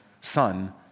son